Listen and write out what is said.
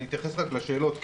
אני אתייחס רק לשאלות.